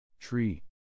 Tree